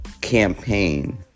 Campaign